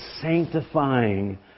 sanctifying